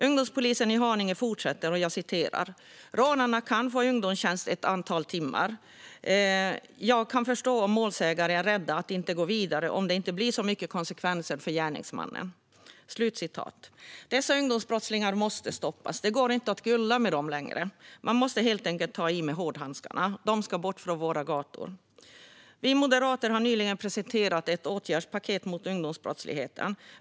Ungdomspolisen i Haninge säger så här: "Rånarna kan få ungdomstjänst ett antal timmar. Jag kan förstå om målsägare är rädda och inte vill gå vidare om det inte blir så mycket konsekvenser för gärningsmannen." Dessa ungdomsbrottslingar måste stoppas. Det går inte att gulla med dem längre. Man måste helt enkelt ta i med hårdhandskarna. De ska bort från våra gator. Vi moderater har nyligen presenterat ett åtgärdspaket mot ungdomsbrottsligheten.